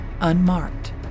unmarked